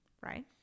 right